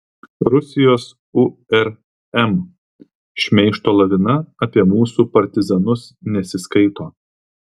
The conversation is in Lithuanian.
rusijos urm šmeižto lavina apie mūsų partizanus nesiskaito